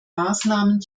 maßnahmen